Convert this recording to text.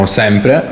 sempre